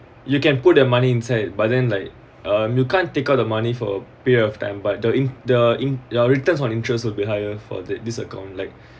you can put the money inside but then like um you can't take out the money for a period of time but the in the in your returns on interest will be higher for this account like